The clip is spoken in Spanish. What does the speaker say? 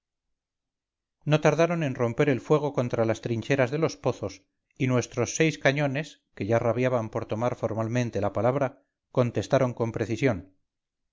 no tardaron en romper el fuego contra las trincheras de los pozos y nuestros seis cañones que ya rabiaban por tomar formalmente la palabra contestaron con precisión